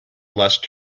lust